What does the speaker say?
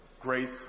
grace